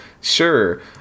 sure